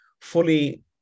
fully